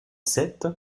sept